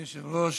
אדוני היושב-ראש,